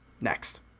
Next